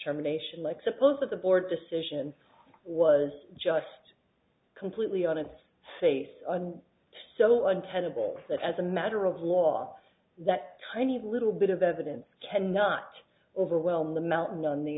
determination like suppose that the board's decision was just completely on its face and so untenable that as a matter of law that tiny little bit of evidence can not overwhelm the mountain on the